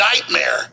nightmare